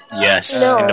Yes